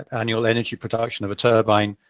annual energy production of a turbine,